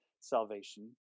salvation